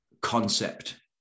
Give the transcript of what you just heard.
concept